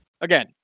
Again